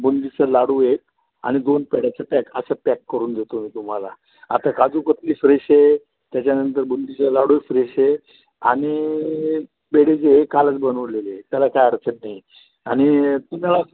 बुंदीचं लाडू एक आणि दोन पेढ्यांचं पॅक असं पॅक करून देतो मी तुम्हाला आता काजूकतली फ्रेश आहे त्याच्यानंतर बुंदीचे लाडू फ्रेश आहे आणि पेढे जे ए कालच बनवलेले आहे त्याला काय अडचण नाही आणि तुम्हाला